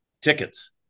tickets